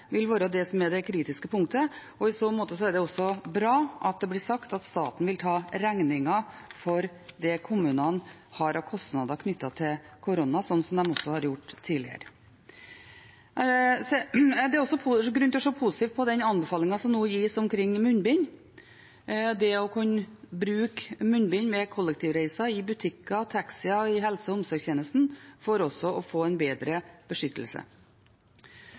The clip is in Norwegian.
vil være det som er det kritiske punktet. I så måte er det også bra at det blir sagt at staten vil ta regningen for det kommunene har av kostnader knyttet til korona, slik man også har gjort tidligere. Det er også grunn til å se positivt på den anbefalingen som nå gis om munnbind – det å kunne bruke munnbind ved kollektivreiser, i butikker, i taxier, i helse- og omsorgstjenesten for også å få en bedre beskyttelse.